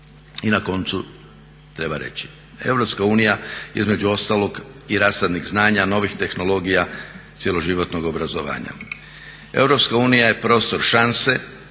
I na koncu treba reći, Europska unija je između ostalog i rasadnik znanja, novih tehnologija cjeloživotnog obrazovanja. Europska unija je prostor šanse,